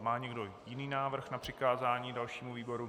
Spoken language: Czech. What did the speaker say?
Má někdo jiný návrh na přikázání dalšímu výboru?